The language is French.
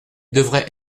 devrait